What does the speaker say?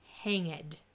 Hanged